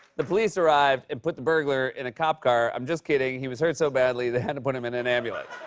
the police arrived and put the burglar in a cop car. i'm just kidding. he was hurt so badly, they had to put him in an ambulance.